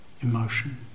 emotion